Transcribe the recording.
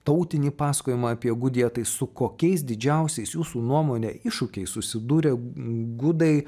tautinį pasakojimą apie gudiją tai su kokiais didžiausiais jūsų nuomone iššūkiais susidūrė gudai